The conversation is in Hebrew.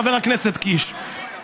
חבר הכנסת קיש,